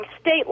state